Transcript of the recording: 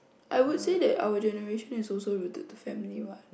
I would say that our generation is also rooted to family what